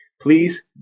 please